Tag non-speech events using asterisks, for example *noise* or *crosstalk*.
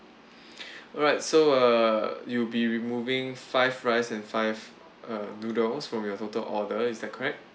*breath* all right so uh you'll be removing five rice and five uh noodles from your total order is that correct